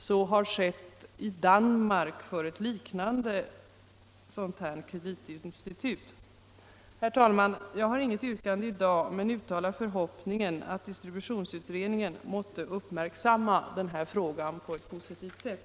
Så har skett i Danmark för ett liknande kreditinstitut. Herr talman! Jag har inget yrkande i dag, men uttalar en förhoppning om att distributionsutredningen måtte uppmärksamma den här frågan på ett positivt sätt.